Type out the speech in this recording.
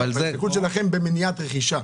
ההסתכלות שלכם היא על מניעת רכישה,